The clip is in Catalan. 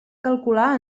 calcular